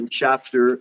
chapter